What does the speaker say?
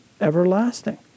everlasting